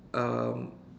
um